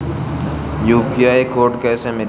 UPI code कैसे मिली?